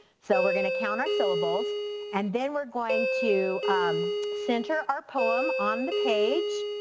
so we're gonna count our syllables and then we're going to center our poem on the page.